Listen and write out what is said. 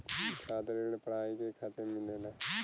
छात्र ऋण पढ़ाई के खातिर मिलेला